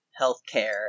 healthcare